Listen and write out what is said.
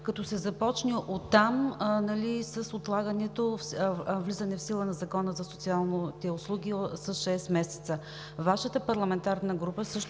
като се започне оттам, с отлагане влизането в сила на Закона за социалните услуги с шест месеца. Вашата парламентарна група също